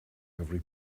every